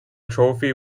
trophy